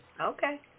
Okay